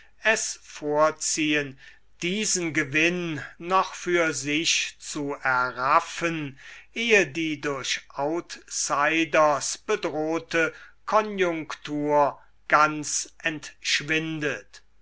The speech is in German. es vorziehen diesen gewinn noch für sich zu erraffen ehe die durch outsiders bedrohte konjunktur ganz entschwindet